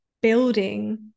building